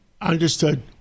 Understood